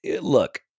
look